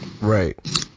Right